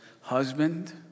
husband